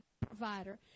provider